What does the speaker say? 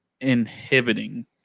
inhibiting